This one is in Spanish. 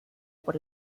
por